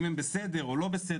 אם הם בסדר או לא בסדר,